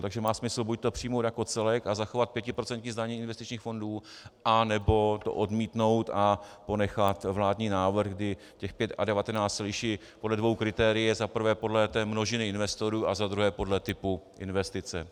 Takže má smysl buďto přijmout jako celek a zachovat pětiprocentní zdanění investičních fondů, anebo to odmítnout a ponechat vládní návrh, kdy těch pět a devatenáct se liší podle dvou kritérií za prvé podle množiny investorů a za druhé podle typu investice.